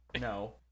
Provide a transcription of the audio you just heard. No